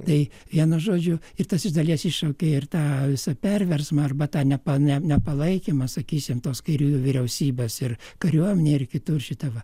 tai vienu žodžiu ir tas iš dalies iššaukė ir tą visą perversmą arba tą nepa ne nepalaikymą sakysim tos kairiųjų vyriausybės ir kariuomenėj ir kitur šita va